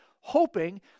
hoping